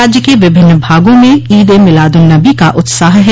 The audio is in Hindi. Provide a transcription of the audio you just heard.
राज्य के विभिन्न भागों में ईद ए मीलाद उन नबी का उत्साह है